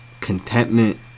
contentment